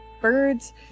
birds